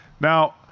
now